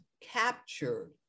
captured